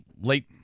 late